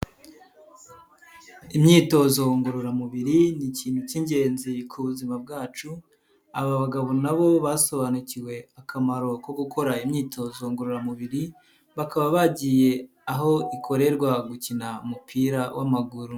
Imyitozo ngororamubiri ni ikintu cy'ingenzi ku buzima bwacu, aba bagabo na bo basobanukiwe akamaro ko gukora imyitozo ngororamubiri, bakaba bagiye aho ikorerwa gukina umupira w'amaguru.